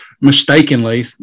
mistakenly